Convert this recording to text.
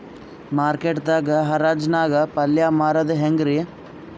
Market ದಾಗ್ ಹರಾಜ್ ನಾಗ್ ಪಲ್ಯ ಮಾರುದು ಹ್ಯಾಂಗ್ ರಿ?